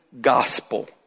gospel